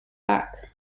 back